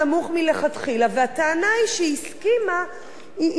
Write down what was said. והטענה שהיא הסכימה לא תהיה קבילה יותר.